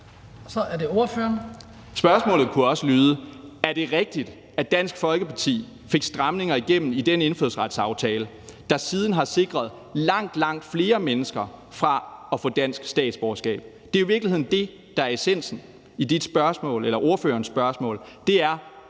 Spørgsmålet kunne også lyde: Er det rigtigt, at Dansk Folkeparti fik stramninger igennem i den indfødsretsaftale, der siden har sikret langt, langt flere mennesker fra at få dansk statsborgerskab? Det er i virkeligheden det, der er essensen i ordførerens spørgsmål. Altså: